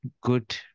good